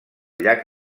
llac